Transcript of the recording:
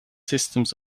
systems